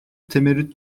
temerrüt